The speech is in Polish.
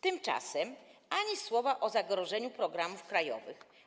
Tymczasem ani słowa o zagrożeniu programów krajowych.